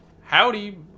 Howdy